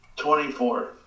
Twenty-four